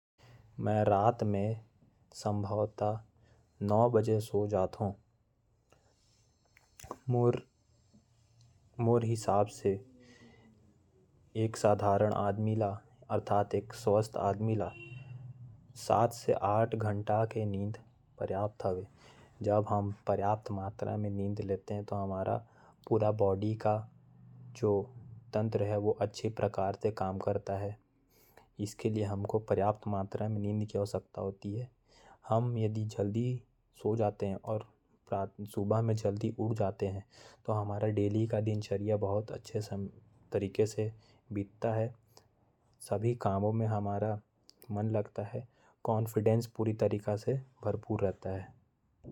मैं रात में संभवतः नौ बजे सो जात हो। मोर हिसाब से एक साधारण आदमी ल। सात से आठ घंटा के नींद के जरूरत होयल। और अगर हम जल्दी सोजती। तो हमर शरीर अच्छा तरीका से काम करेल। और डेली उठे से दिनचर्या अच्छा रहेल।